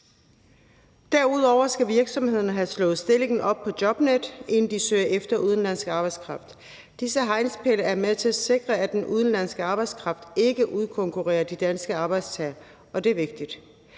Derudover skal virksomhederne have slået stillingen op på Jobnet, inden de søger efter udenlandsk arbejdskraft. Disse hegnspæle er med til at sikre, at den udenlandske arbejdskraft ikke udkonkurrerer de danske arbejdstagere, og det er vigtigt.